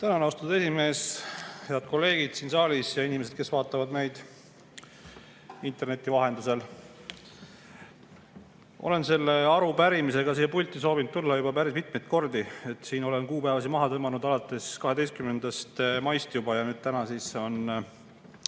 Tänan, austatud esimees! Head kolleegid siin saalis ja inimesed, kes vaatavad meid interneti kaudu! Olen selle arupärimisega siia pulti soovinud tulla juba päris mitu korda, olen kuupäeva maha tõmmanud alates 12. maist juba, täna on siis viies